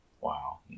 wow